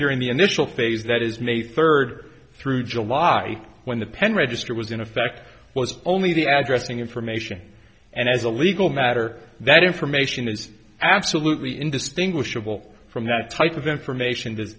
during the initial phase that is may third through july when the pen register was in effect was only the address being information and as a legal matter that information is absolutely indistinguishable from that type of information